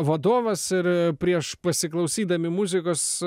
vadovas ir prieš pasiklausydami muzikos